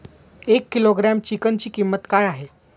एक किलोग्रॅम चिकनची किंमत काय आहे?